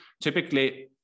Typically